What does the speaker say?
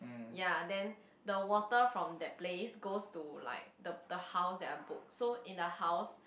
ya then the water from that place goes to like the the house that I book so in the house